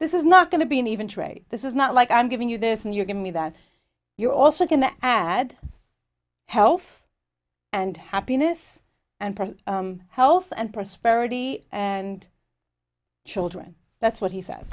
this is not going to be an even trade this is not like i'm giving you this and you give me that you're also going to add health and happiness and health and prosperity and children that's what he says